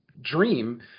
Dream